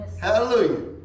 Hallelujah